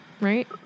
right